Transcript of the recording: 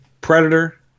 Predator